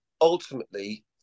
ultimately